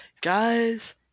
Guys